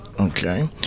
Okay